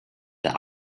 der